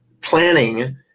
planning